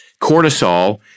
cortisol